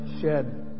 shed